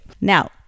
Now